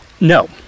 No